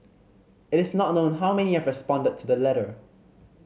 it is not known how many have responded to the letter